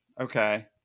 Okay